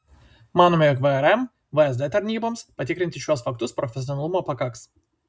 manome jog vrm vsd tarnyboms patikrinti šiuos faktus profesionalumo pakaks